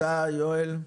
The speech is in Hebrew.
תודה יואל.